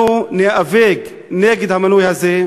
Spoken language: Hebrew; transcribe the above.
אנחנו ניאבק נגד המינוי הזה.